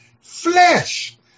flesh